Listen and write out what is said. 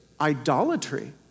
idolatry